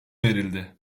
verildi